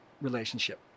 relationship